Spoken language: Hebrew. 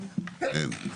אין.